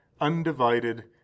undivided